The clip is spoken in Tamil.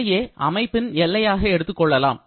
அதையே அமைப்பில் எல்லையாக எடுத்துக்கொள்ளலாம்